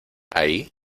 ahí